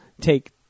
take